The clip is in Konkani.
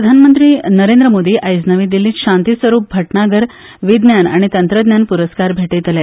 प्रधानमंत्री नरेंद्र मोदी आज नवी दिल्लीत शांतीस्वरुप भटनागर विज्ञान आनी तंत्रज्ञान प्रस्कार भेटयतले